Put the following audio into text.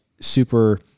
super